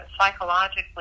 psychologically